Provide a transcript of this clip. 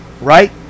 right